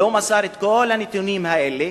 לא מסר את כל הנתונים האלה,